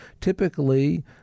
Typically